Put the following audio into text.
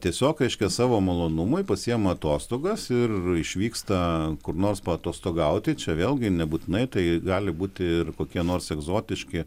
tiesiog reiškia savo malonumui pasiima atostogas ir išvyksta kur nors paatostogauti čia vėlgi nebūtinai tai gali būti ir kokie nors egzotiški